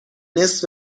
نصف